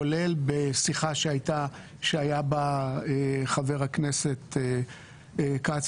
כולל בשיחה שהיה בה חבר הכנסת כץ,